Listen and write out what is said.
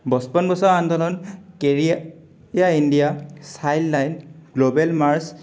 বচপন বচাও আন্দোলন কেৰিয়া India Childline global March